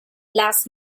last